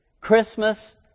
Christmas